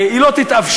וזה לא יתאפשר,